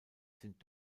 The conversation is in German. sind